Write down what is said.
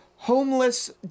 homeless